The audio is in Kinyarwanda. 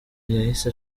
yahise